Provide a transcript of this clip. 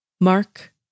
Mark